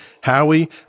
Howie